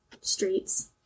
streets